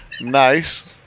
nice